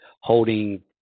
holding